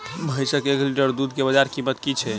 भैंसक एक लीटर दुध केँ बजार कीमत की छै?